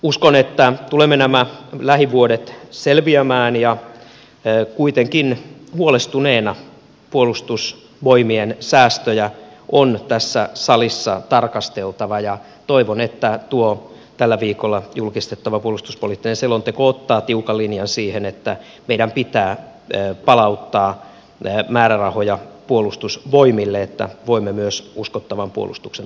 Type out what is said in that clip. uskon että tulemme nämä lähivuodet selviämään ja kuitenkin huolestuneena puolustusvoimien säästöjä on tässä salissa tarkasteltava ja toivon että tuo tällä viikolla julkistettava puolustuspoliittinen selonteko ottaa tiukan linjan siihen että meidän pitää palauttaa määrärahoja puolustusvoimille että voimme myös tulevaisuudessa turvata uskottavan puolustuksen